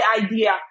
idea